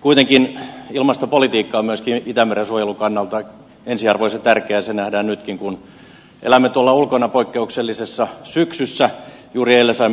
kuitenkin ilmastopolitiikka myöskin itämeren suojelun kannalta ensiarvoisen tärkeää se nähdään nytkin kun elämme tuolla ulkona poikkeuksellisessa syksyssä juuri elsan